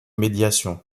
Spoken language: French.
médiation